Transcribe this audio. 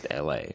LA